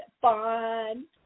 fun